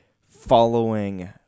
following